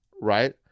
right